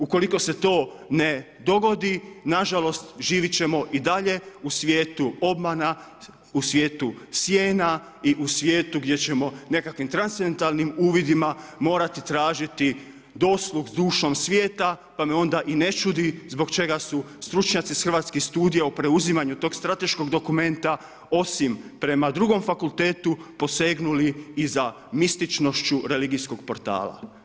Ukoliko se to ne dogodi na žalost živit ćemo i dalje u svijetu obmana, u svijetu sjena i u svijetu gdje ćemo nekakvim transvertalnim uvidima morati tražiti dosluh s dušom svijeta, pa me onda i ne čudi zbog čega stručnjaci s Hrvatskih studija o preuzimanju tog strateškog dokumenta osim prema drugom fakultetu posegnuli i za mističnošću religijskog portala.